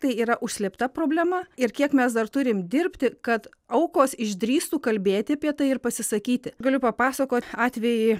tai yra užslėpta problema ir kiek mes dar turim dirbti kad aukos išdrįstų kalbėti apie tai ir pasisakyti galiu papasakot atvejį